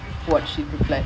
இல்ல இல்ல:illa illa